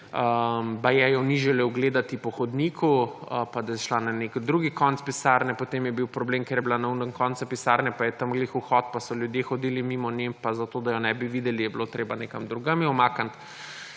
baje ni želel gledati po hodniku, pa da je šla na nek drug konec pisarne, potem je bil problem, ker je bila na onem koncu pisarne, pa je tam ravno vhod, pa so ljudje hodili mimo nje, pa zato, da je ne bi videli, jo je bilo treba nekam drugam umakniti.